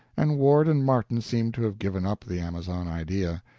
and ward and martin seem to have given up the amazon idea.